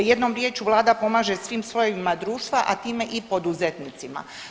Jednom riječju vlada pomaže svim slojevima društva, a time i poduzetnicima.